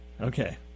okay